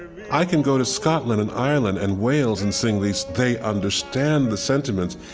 i can go to scotland and ireland and wales and sing these. they understand the sentiment.